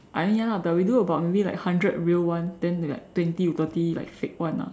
!aiya! but we do about maybe like hundred real one then like twenty to thirty like fake one lah